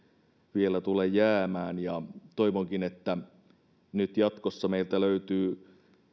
vielä tule jäämään ja toivonkin että nyt jatkossa meiltä löytyy